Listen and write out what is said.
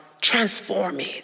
transforming